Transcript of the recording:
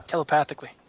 Telepathically